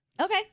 Okay